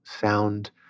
sound